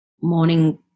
Morning